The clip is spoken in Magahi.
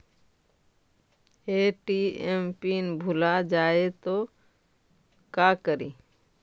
ए.टी.एम पिन भुला जाए तो का करी?